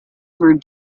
were